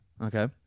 okay